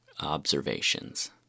observations